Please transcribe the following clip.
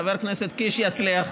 חבר הכנסת קיש יצליח.